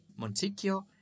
Monticchio